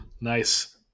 Nice